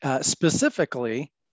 specifically